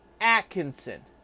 Atkinson